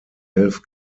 elf